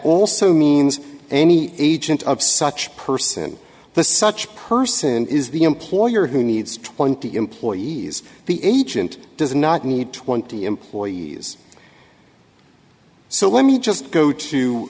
also means any agent of such person the such person is the employer who needs twenty employees the agent does not need twenty employees so let me just go